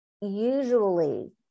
usually